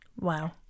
Wow